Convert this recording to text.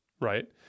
Right